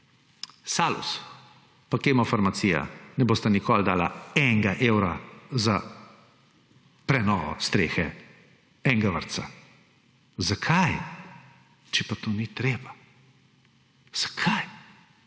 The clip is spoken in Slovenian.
Salus pa Kemofarmacija ne bosta nikoli dala enega evra za prenovo strehe enega vrtca. Zakaj, če pa to ni treba? Zakaj